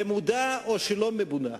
ובמודע או שלא במודע,